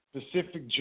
specific